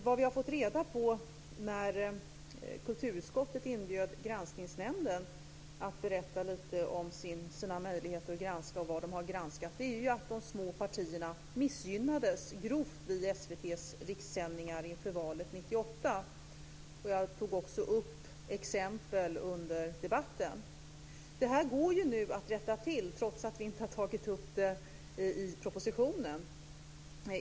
Vad vi fick reda på när kulturutskottet inbjöd Granskningsnämnden för att berätta lite om sina möjligheter att granska och om vad de har granskat är att de små partierna grovt missgynnades vid SVT:s rikssändningar inför valet 1998. Jag tog också upp olika exempel under den debatten. Det här går nu att rätta till trots att vi inte har tagit upp det i propositionen.